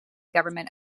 government